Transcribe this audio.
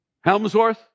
Helmsworth